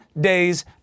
days